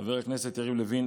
חבר הכנסת יריב לוין,